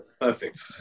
perfect